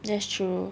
that's true